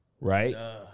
right